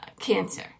cancer